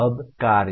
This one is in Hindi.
अब कार्य